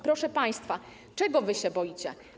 Proszę państwa, czego wy się boicie?